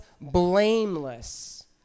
blameless